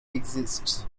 exists